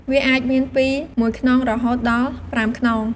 វាអាចមានពីមួយខ្នងរហូតទៅដល់ប្រាំខ្នង។